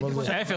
ההיפך,